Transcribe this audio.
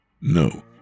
No